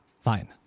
Fine